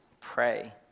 pray